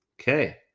Okay